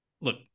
look